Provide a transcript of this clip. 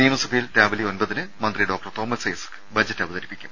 നിയമസഭയിൽ രാവിലെ ഒമ്പതിന് മന്ത്രി ഡോക്ടർ തോമസ് ഐസക് ബജറ്റ് അവതരിപ്പിക്കും